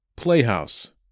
Playhouse